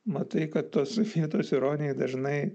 matai kad tos vietos ironijai dažnai